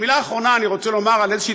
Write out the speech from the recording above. ומילה אחרונה אני רוצה לומר על איזושהי